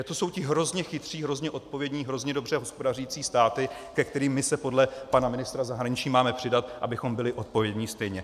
To jsou ti hrozně chytří, hrozně odpovědní, hrozně dobře hospodařící státy, ke kterým my se podle pana ministra zahraničí máme přidat, abychom byli odpovědní stejně.